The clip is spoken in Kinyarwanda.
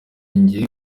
njye